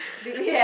do we have